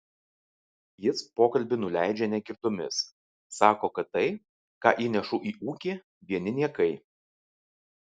jis pokalbį nuleidžia negirdomis sako kad tai ką įnešu į ūkį vieni niekai